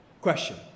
question